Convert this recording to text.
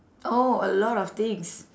oh a lot of things